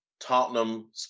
Tottenham